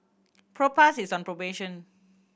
Propass is on promotion